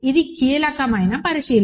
ఇది కీలకమైన పరిశీలన